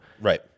right